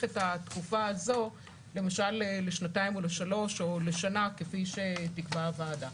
את תקופה הצעת החוק לאיזה זמן שתקבע הוועדה,